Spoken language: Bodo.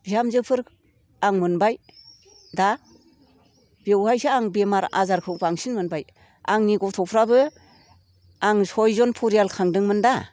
बिहामजोफोर आं मोनबाय दा बेवहायसो आं बेमार आजारखौ बांसिन मोनबाय आंनि गथ'फ्राबो आं सयजन परियाल खांदोंमोन दा